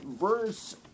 Verse